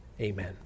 Amen